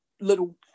little